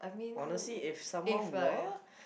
honestly if someone were